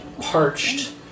parched